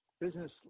business